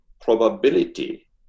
probability